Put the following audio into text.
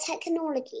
technology